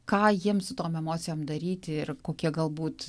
ką jiems su tom emocijom daryti ir kokie galbūt